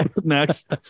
Next